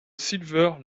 silver